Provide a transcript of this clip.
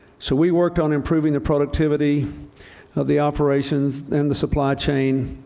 so we worked on improving the productivity of the operations and the supply chain,